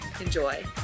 Enjoy